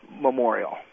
memorial